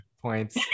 points